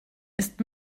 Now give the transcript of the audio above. ist